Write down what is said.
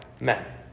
men